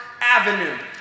avenue